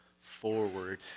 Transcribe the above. forward